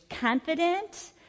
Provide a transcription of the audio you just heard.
confident